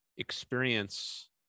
experience